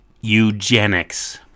eugenics